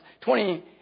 twenty